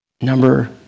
Number